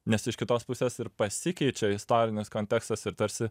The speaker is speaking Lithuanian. nes iš kitos pusės ir pasikeičia istorinis kontekstas ir tarsi